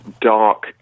dark